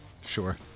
Sure